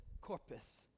corpus